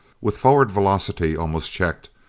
with forward velocity almost checked,